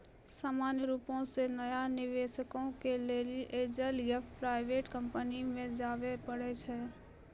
सामान्य रुपो से नया निबेशको के लेली एंजल या प्राइवेट कंपनी मे जाबे परै छै